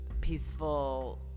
peaceful